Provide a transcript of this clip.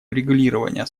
урегулирования